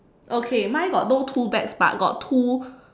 okay mine got no tool bags but got two